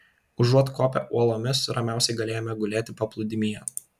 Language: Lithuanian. užuot kopę uolomis ramiausiai galėjome gulėti paplūdimyje